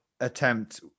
attempt